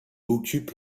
occupe